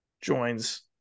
joins